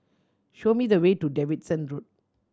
show me the way to Davidson Road